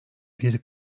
bir